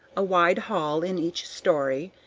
a wide hall in each story,